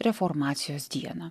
reformacijos dieną